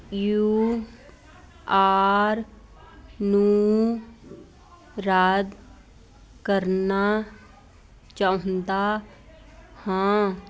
you R ਨੂੰ ਰੱਦ ਕਰਨਾ ਚਾਹੁੰਦਾ ਹਾਂ